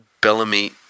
Bellamy